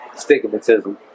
stigmatism